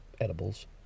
edibles